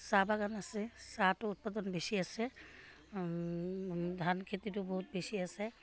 চাহ বাগান আছে চাহটো উৎপাদন বেছি আছে ধান খেতিটো বহুত বেছি আছে